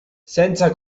senza